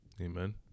Amen